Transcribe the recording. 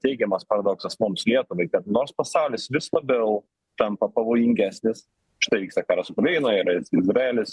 teigiamas paradoksas mums lietuvai kad nors pasaulis vis labiau tampa pavojingesnis štai vyksta karas ukrainoj ir izraelis